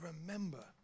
remember